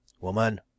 Woman